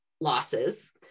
losses